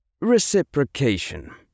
Reciprocation